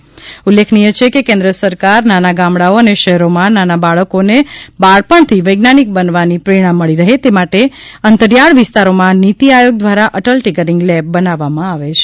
અત્રે ઉલ્લેખનીય છે કે કેન્દ્ર સરકાર નાના ગામડાઓ અને શહેરોમાં નાના બાળકોને બાળપણથી વૈજ્ઞાનિક બનવાની પ્રેરણા મળી રહે તે માટે અંતરિયાળ વિસ્તારોમાં નીતી આયોગ દ્રારા અટલ ટિકરિંગ લેબ બનાવવામાં આવે છે